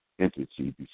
entity